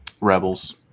Rebels